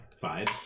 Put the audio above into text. Five